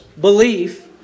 belief